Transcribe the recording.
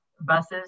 buses